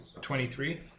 Twenty-three